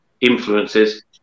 influences